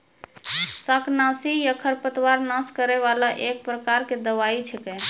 शाकनाशी या खरपतवार नाश करै वाला एक प्रकार के दवाई छेकै